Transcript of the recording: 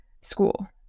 school